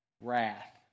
wrath